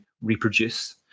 reproduce